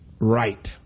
right